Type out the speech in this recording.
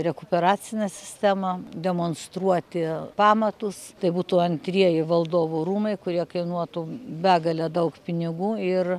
rekuperacinę sistemą demonstruoti pamatus tai būtų antrieji valdovų rūmai kurie kainuotų begalę daug pinigų ir